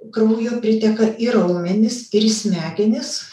kraujo priteka į raumenis ir į smegenis